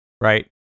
right